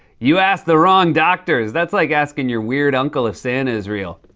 you asked the wrong doctor. that's like asking your weird uncle if santa's real.